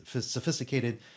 sophisticated